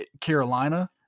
Carolina